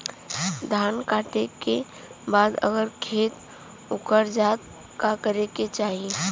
धान कांटेके बाद अगर खेत उकर जात का करे के चाही?